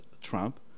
Trump